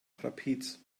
trapez